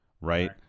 right